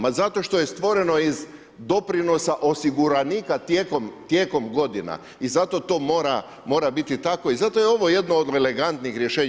Ma zato što je stvoreno iz doprinosa osiguranika tijekom godina i zato to mora biti tako i zato je ovo jedno od elegantnih rješenja.